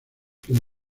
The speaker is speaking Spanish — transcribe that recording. quien